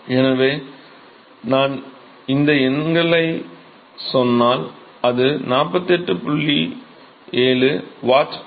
எனவே நான் இந்த எண்களை சொன்னால் அது 48